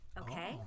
okay